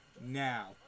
now